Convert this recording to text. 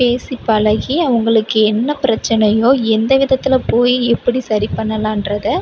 பேசி பழகி அவங்களுக்கு என்ன பிரச்சனையோ எந்த விதத்துலப் போய் எப்படி சரி பண்ணலான்றதை